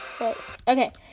Okay